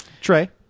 Trey